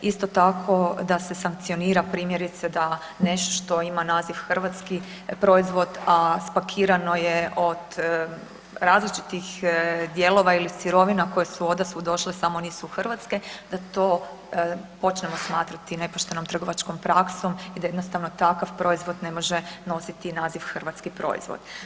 Isto tako da se sankcionira primjerice da nešto što ima naziv hrvatski proizvod, a spakirano je od različitih dijelova ili sirovina koje su odasvud došle samo nisu hrvatske, da to počnemo smatrati nepoštenom trgovačkom praksom i da jednostavno takav proizvod ne može nositi naziv hrvatski proizvod.